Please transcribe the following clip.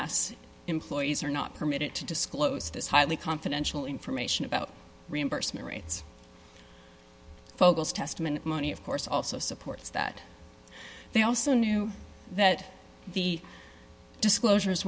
s employees are not permitted to disclose this highly confidential information about reimbursement rates focus testament money of course also supports that they also knew that the disclosure